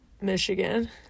Michigan